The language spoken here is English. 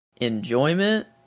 Enjoyment